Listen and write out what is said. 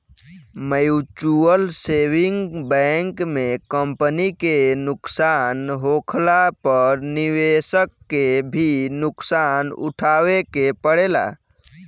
mutual saving bank में company के नुकसान होखला पर निवेशक के भी नुकसान उठावे के पड़ेला